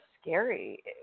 scary